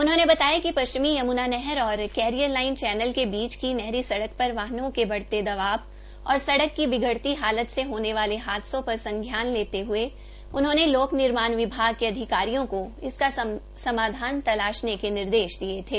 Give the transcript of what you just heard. उन्होंने बताया कि पश्चिमी यमुना नहर और कैरियर लाइन चैनल के बीच की नहरी सडक पर वाहनों के ब ते दबाव और सडक की बिगडती हालत से होने वाले हादसों पर संज्ञान लेते हए उन्होंने लोक निर्माण विभाग के अधिकारियों को इसका समाधान तलाशने के निर्देश दिए गये थे